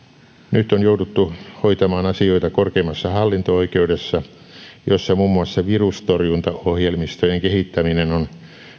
nyt on jouduttu hoitamaan asioita korkeimmassa hallinto oikeudessa jossa muun muassa virustorjuntaohjelmistojen kehittäminen on